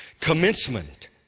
commencement